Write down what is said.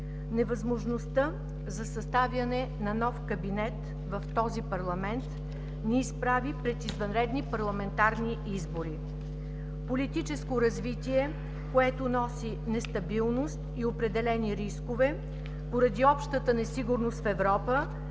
Невъзможността за съставяне на нов кабинет в този парламент ни изправи пред извънредни парламентарни избори – политическо развитие, което носи нестабилност и определени рискове, поради общата несигурност в Европа,